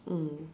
mm